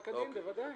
התרעה כדין, בוודאי.